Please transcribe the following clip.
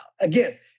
again